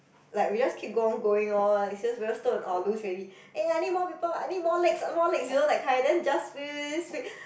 like we just keep on going lor like scissors paper stone oh lose already eh I need more people I need more legs more legs you know that kind then just split split split split split